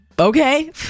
Okay